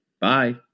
Bye